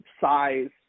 size